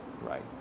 right